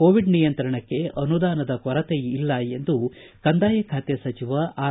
Covid ನಿಯಂತ್ರಣಕ್ಕೆ ಅನುದಾನದ ಕೊರತೆಯಿಲ್ಲ ಎಂದು ಕಂದಾಯ ಸಚಿವ ಆರ್